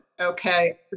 okay